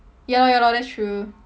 ya lor ya lor that's true